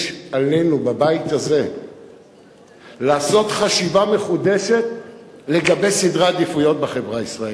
עלינו בבית הזה לעשות חשיבה מחודשת לגבי סדר העדיפויות בחברה הישראלית,